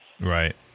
right